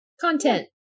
content